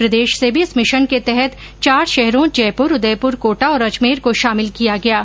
प्रदेश से भी इस मिशन के तहत चार शहरों जयपुर उदयपुर कोटा और अजमेर को शामिल किया गया है